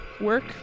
work